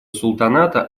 султаната